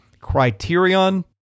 criterion